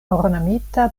ornamita